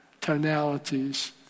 tonalities